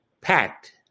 packed